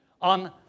on